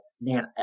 man